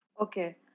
Okay